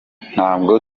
ntabwo